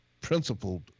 principled